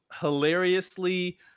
hilariously